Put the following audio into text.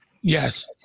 Yes